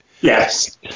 Yes